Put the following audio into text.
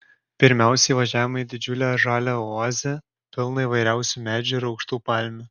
pirmiausia įvažiavome į didžiulę žalią oazę pilną įvairiausių medžių ir aukštų palmių